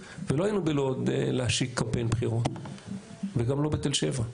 ולא היינו בלוד להשיק קמפיין בחירות וגם לא בתל שבע.